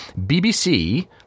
BBC